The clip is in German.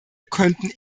könnten